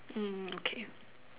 mm okay